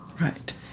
right